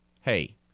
hey